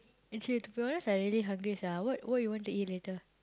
actually to be honest I really hungry sia what what you want to eat later